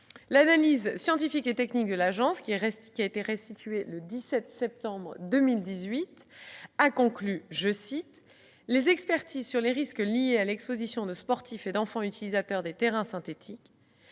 l'analyse scientifique et technique de l'Agence, restituée le 17 septembre 2018, « les expertises sur les risques liés à l'exposition de sportifs et d'enfants utilisateurs des terrains synthétiques,